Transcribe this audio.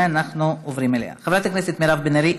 ואנחנו עוברים עליה: חברת הכנסת מירב בן ארי,